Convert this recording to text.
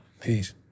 peace